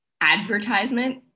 advertisement